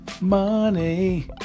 money